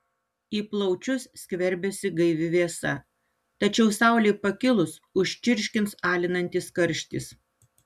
į plaučius skverbiasi gaivi vėsa tačiau saulei pakilus užčirškins alinantis karštis